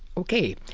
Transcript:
ok.